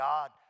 God